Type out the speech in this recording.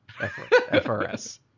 FRS